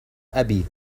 أبي